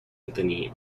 anthony